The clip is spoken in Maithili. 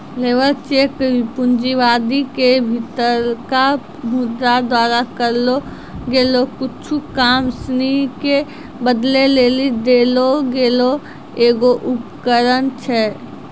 लेबर चेक पूँजीवादो के भीतरका मुद्रा द्वारा करलो गेलो कुछु काम सिनी के बदलै लेली देलो गेलो एगो उपकरण छै